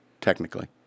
technically